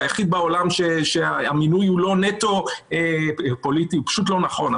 היחיד בעולם שהמינוי הוא לא נטו פוליטי הוא פשוט לא נכון.